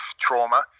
trauma